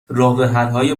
راهحلهای